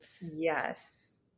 Yes